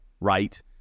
Right